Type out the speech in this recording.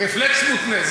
רפלקס מותנה.